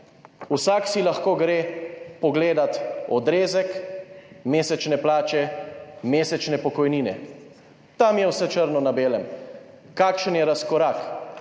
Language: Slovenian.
Vsak si lahko gre pogledat odrezek mesečne plače, mesečne pokojnine, tam je vse črno na belem, kakšen je razkorak,